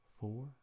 four